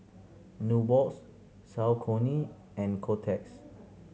Nubox Saucony and Kotex